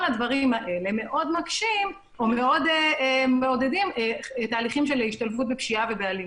כל הדברים האלה מאוד מעודדים תהליכים של השתלבות בפשיעה ואלימות.